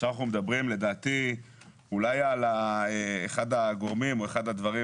עכשיו אנחנו מדברים לדעתי אולי על אחד הגורמים או אחד הדברים